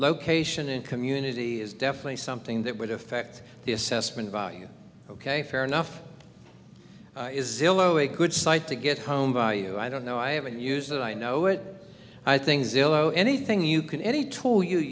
location and community is definitely something that would affect the assessment value ok fair enough is zillow a good site to get home value i don't know i haven't used it i know it i think zillow anything you can any tool you